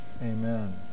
amen